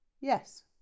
Yes